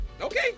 Okay